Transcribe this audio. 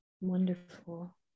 Wonderful